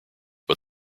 but